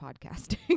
podcasting